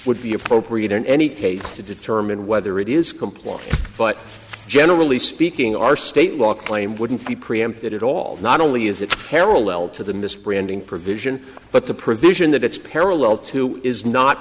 would be appropriate in any case to determine whether it is complying but generally speaking our state law claim wouldn't be preempted at all not only is it parallel to the misbranding provision but the provision that it's parallel to is not